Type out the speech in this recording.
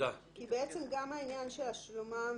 כי גם העניין של שלומם